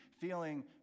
feeling